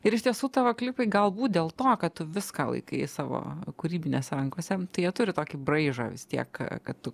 ir iš tiesų tavo klipai galbūt dėl to kad tu viską laikai savo kūrybinės rankose tai jie turi tokį braižą vis tiek kad tu